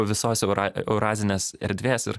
visos eura eurazinės erdvės ir